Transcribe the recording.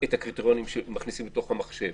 מה הקריטריונים שמכניסים לתוך המחשב,